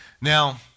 Now